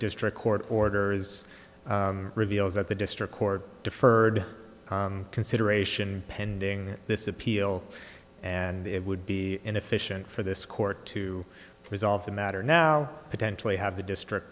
district court orders reveals that the district court deferred consideration pending this appeal and it would be inefficient for this court to resolve the matter now potentially have the district